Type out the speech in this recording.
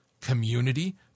community